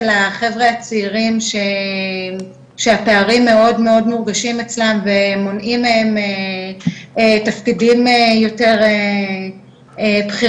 החברה הצעירים שהפערים מאוד מורגשים אצלם ומונעים מהם תפקידים יותר בכירים